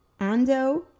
Ando